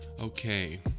Okay